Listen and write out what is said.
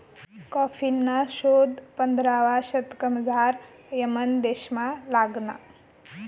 कॉफीना शोध पंधरावा शतकमझाऱ यमन देशमा लागना